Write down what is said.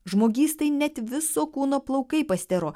žmogystai net viso kūno plaukai pastiro